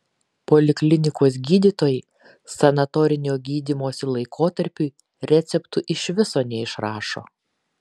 poliklinikos gydytojai sanatorinio gydymosi laikotarpiui receptų iš viso neišrašo